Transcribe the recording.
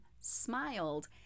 smiled